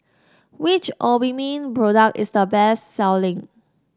which Obimin product is the best selling